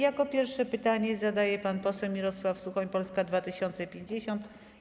Jako pierwszy pytanie zadaje pan poseł Mirosław Suchoń, Polska 2050.